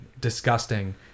disgusting